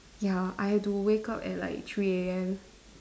ya I had to wake up at like three A_M